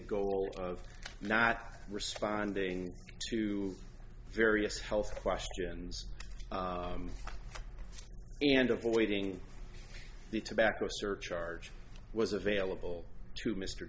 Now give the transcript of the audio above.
goal of not responding to various health questions and avoiding the tobacco surcharge was available to mr